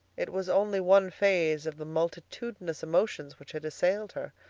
it was only one phase of the multitudinous emotions which had assailed her.